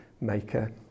maker